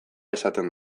izaten